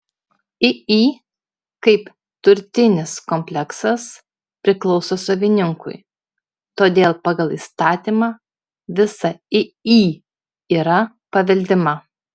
iį kaip turtinis kompleksas priklauso savininkui todėl pagal įstatymą visa iį yra paveldima